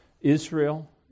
Israel